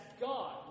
God